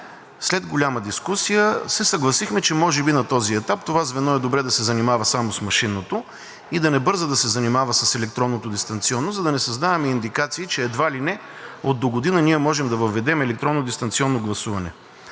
След голяма дискусия се съгласихме, че може би на този етап това звено е добре да се занимава само с машинното и да не бърза да се занимава с електронното дистанционно, за да не създаваме индикации, че едва ли не от догодина можем да въведем електронно дистанционно гласуване.